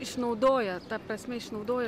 išnaudoja ta prasme išnaudoja